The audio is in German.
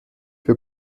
wir